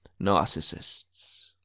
narcissists